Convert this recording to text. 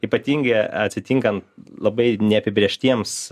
ypatingi atsitinkan labai neapibrėžtiems